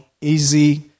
easy